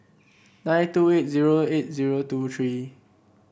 nine two eight zero eight zero two three